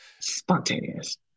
spontaneous